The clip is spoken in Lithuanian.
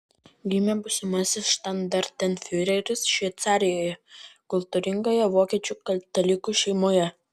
gimė būsimasis štandartenfiureris šveicarijoje kultūringoje vokiečių katalikų šeimoje